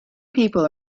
people